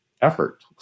effort